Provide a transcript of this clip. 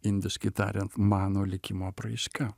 indiškai tariant mano likimo apraiška